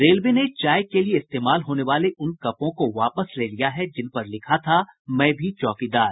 railway ने चाय के लिए इस्तेमाल होने वाले उन कपों को वापिस ले लिया है जिन पर लिखा था मैं भी चौकीदार